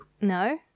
No